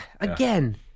Again